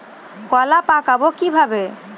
কলা পাকাবো কিভাবে?